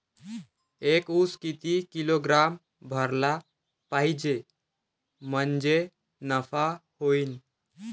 एक उस किती किलोग्रॅम भरला पाहिजे म्हणजे नफा होईन?